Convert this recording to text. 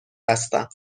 هستم